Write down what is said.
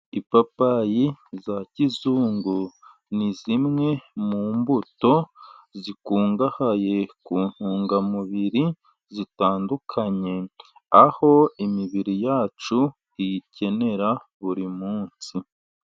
Ipapayi za kizungu ni zimwe mu mbuto, zikungahaye ku ntungamubiri zitandukanye. aho imibiri yacu iyikenera buri munsi.